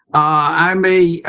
i may,